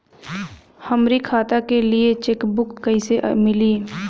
हमरी खाता के लिए चेकबुक कईसे मिली?